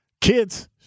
Kids